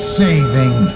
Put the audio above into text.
saving